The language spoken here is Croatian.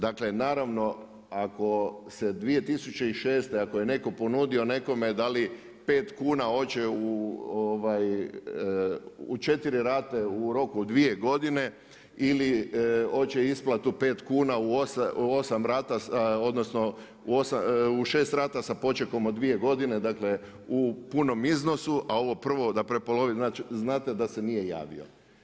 Dakle naravno ako se 2006., ako je netko ponudio nekome da li 5 kuna hoće u četiri rate u roku od 2 godine ili hoće isplatu 5 kuna u 8 rata, odnosno u 6 rata s počekom od 2 godine, dakle u punom iznosu, a ovo prvo da prepolovim, znate da se nije javio.